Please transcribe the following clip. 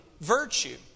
virtue